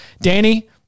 Danny